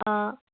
অঁ